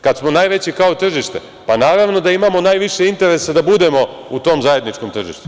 Kad smo najveći kao tržište, pa naravno da imamo najviše interesa da budemo u tom zajedničkom tržištu.